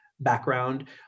background